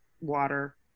water